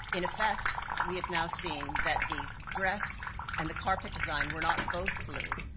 in effect, we have now seen that the dress and the carpet design were not both blue.